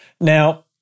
Now